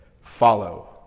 follow